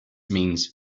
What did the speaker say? means